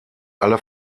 alle